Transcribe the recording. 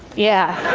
yeah.